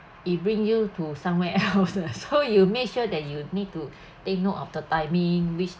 it bring you to somewhere else uh so you make sure that you need to take note of the timing which